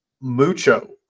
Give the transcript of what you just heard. mucho